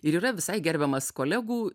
ir yra visai gerbiamas kolegų